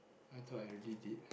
I thought I did it